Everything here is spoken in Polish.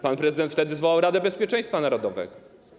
Pan prezydent wtedy zwołał Radę Bezpieczeństwa Narodowego.